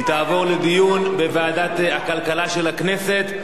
והיא תעבור לדיון בוועדת הכלכלה של הכנסת.